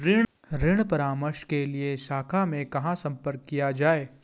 ऋण परामर्श के लिए शाखा में कहाँ संपर्क किया जाए?